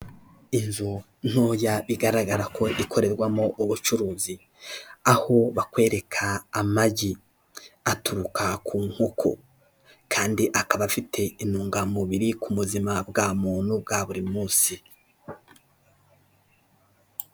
Inzu ntoya bigaragara ko ikorerwamo ubucuruzi, aho bakwereka amagi aturuka ku nkoko kandi akaba afite intungamubiri ku buzima bwa muntu bwa buri munsi.